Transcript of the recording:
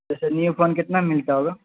جیسے new phone کتنا میں ملتا ہوگا